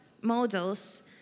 models